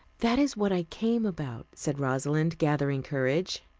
that is what i came about, said rosalind, gathering courage.